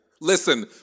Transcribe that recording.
Listen